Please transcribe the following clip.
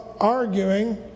arguing